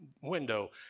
window